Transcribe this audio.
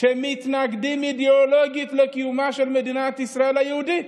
שמתנגדים אידיאולוגית לקיומה של מדינה ישראל היהודית.